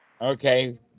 Okay